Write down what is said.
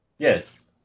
Yes